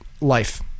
life